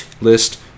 list